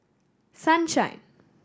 sunshine